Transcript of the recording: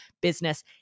business